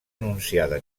anunciada